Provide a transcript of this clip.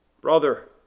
Brother